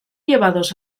llevados